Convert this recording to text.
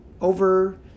over